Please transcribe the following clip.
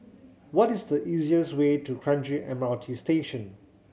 what is the easiest way to Kranji M R T Station